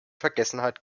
vergessenheit